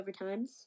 overtimes